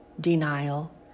Denial